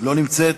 לא נמצאת,